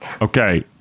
Okay